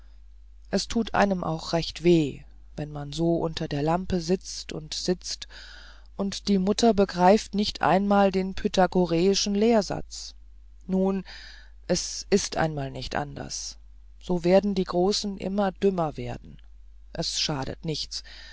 es tut einem auch recht weh wenn man so unter der lampe sitzt und sitzt und die mutter begreift nicht einmal den pythagoräischen lehrsatz nun es ist einmal nicht anders so werden die großen immer dümmer werden es schadet nichts